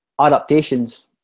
adaptations